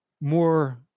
more